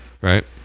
right